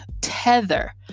tether